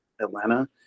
atlanta